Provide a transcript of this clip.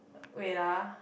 wait ah